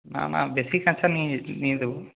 না না বেশি কাঁচা নিয়ে দেব